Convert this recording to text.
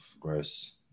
gross